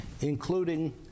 Including